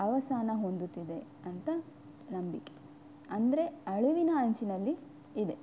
ಅವಸಾನ ಹೊಂದುತ್ತಿದೆ ಅಂತ ನಂಬಿಕೆ ಅಂದರೆ ಅಳಿವಿನ ಅಂಚಿನಲ್ಲಿ ಇದೆ